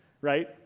right